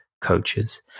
coaches